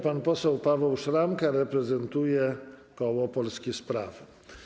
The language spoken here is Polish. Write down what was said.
Pan poseł Paweł Szramka reprezentuje koło Polskie Sprawy.